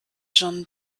john